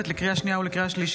לקריאה שנייה ולקריאה שלישית,